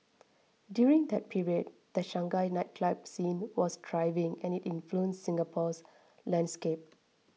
during that period the Shanghai nightclub scene was thriving and it influenced Singapore's landscape